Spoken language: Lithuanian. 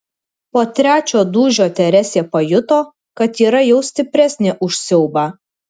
po trečio dūžio teresė pajuto kad yra jau stipresnė už siaubą